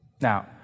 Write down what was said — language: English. Now